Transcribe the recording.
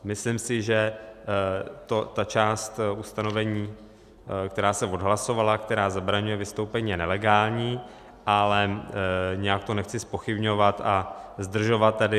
Myslím si, že ta část ustanovení, která se odhlasovala, která zabraňuje vystoupení, je nelegální, ale nijak to nechci zpochybňovat a zdržovat tady.